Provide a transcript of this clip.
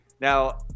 now